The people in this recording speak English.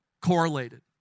correlated